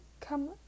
come